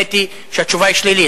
והתשובה היא שלילית,